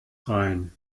rein